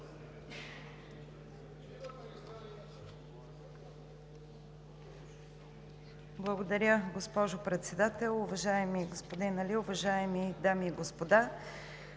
Благодаря Ви, госпожо Председател. Уважаеми господин Али, уважаеми дами и господа!